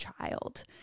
child